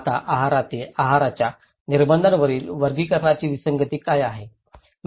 आता आहाराच्या निर्बंधांवरील वर्गीकरणाची विसंगती काय आहे